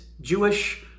Jewish